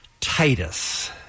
Titus